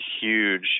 huge